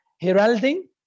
heralding